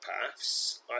paths